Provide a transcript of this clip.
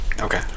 Okay